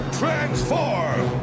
transform